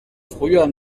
früher